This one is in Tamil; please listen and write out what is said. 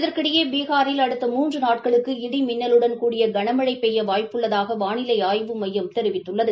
இதற்கிடையே பீகாரில் அடுத்த மூன்று நாட்களுக்கு இடிமின்னலுடன் கூடிய கனமழை பெய்ய வாய்ப்பு உள்ளதாக வானிலை ஆய்வு மையம் தெரிவித்துள்ளது